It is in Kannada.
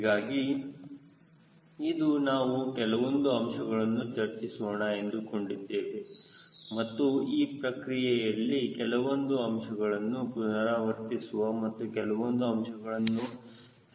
ಹೀಗಾಗಿ ಇಂದು ನಾವು ಕೆಲವೊಂದು ಅಂಶಗಳನ್ನು ಚರ್ಚಿಸೋಣ ಎಂದುಕೊಂಡಿದ್ದೇನೆ ಮತ್ತು ಈ ಪ್ರಕ್ರಿಯೆಯ ಕೆಲವೊಂದು ಅಂಶಗಳನ್ನು ಪುನರಾವರ್ತಿಸುವ ಮತ್ತು ಕೆಲವೊಂದು ಅಂಶಗಳನ್ನು ಸೇರಿಸೋಣ